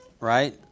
Right